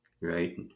right